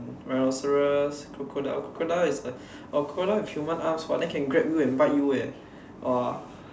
rhinoceros crocodile crocodile is like oh crocodile with human arms !wah! then can grab you and bite you eh !wah!